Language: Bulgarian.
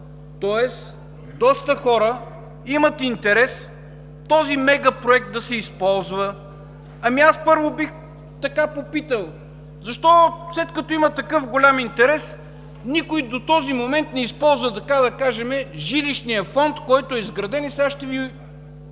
тоест доста хора имат интерес този мегапроект да се използва. Първо, бих попитал: защо, след като има такъв голям интерес, никой до този момент не използва така, да кажем, жилищния фонд, който е изграден? И сега ще ви